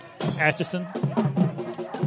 Atchison